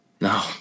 No